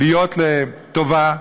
להיות לטובה,